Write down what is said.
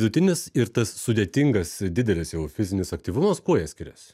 vidutinis ir tas sudėtingas didelis jau fizinis aktyvumas kuo jie skiriasi